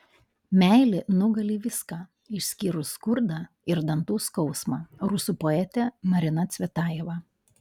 meilė nugali viską išskyrus skurdą ir dantų skausmą rusų poetė marina cvetajeva